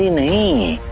me.